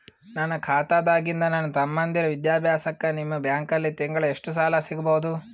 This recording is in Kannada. ನನ್ನ ಖಾತಾದಾಗಿಂದ ನನ್ನ ತಮ್ಮಂದಿರ ವಿದ್ಯಾಭ್ಯಾಸಕ್ಕ ನಿಮ್ಮ ಬ್ಯಾಂಕಲ್ಲಿ ತಿಂಗಳ ಎಷ್ಟು ಸಾಲ ಸಿಗಬಹುದು?